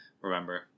remember